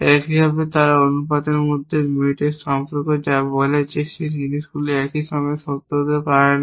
একইভাবে তারা অনুপাতের মধ্যে Mutex সম্পর্ক যা বলে যে সেই জিনিসগুলি একই সময়ে সত্য হতে পারে না